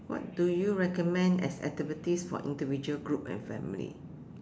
what do you recommend as activities for individual group and family